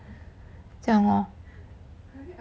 这样 lor